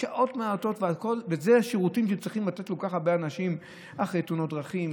שעות מעטות לשירותים שצריכים לתת לכל כך הרבה אנשים אחרי תאונות דרכים,